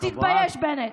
תתבייש, בנט.